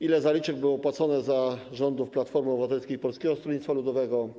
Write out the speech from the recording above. Ile zaliczek było wypłaconych za rządów Platformy Obywatelskiej i Polskiego Stronnictwa Ludowego?